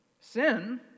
Sin